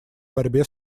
борьбе